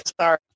Sorry